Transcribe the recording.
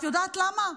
את יודעת למה?